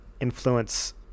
influence